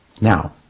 now